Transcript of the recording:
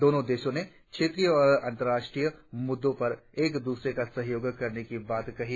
दोनों देशों ने क्षेत्रीय और अंतर्राष्ट्रीय मुद्दों पर एक दूसरे का सहयोग करने की बात कही